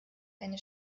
eine